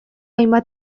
hainbat